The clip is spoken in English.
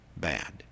bad